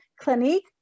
Clinique